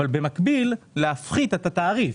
אבל במקביל להפחית את התעריף,